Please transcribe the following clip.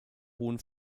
hohen